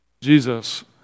Jesus